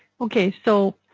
okay so,